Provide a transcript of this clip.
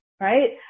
Right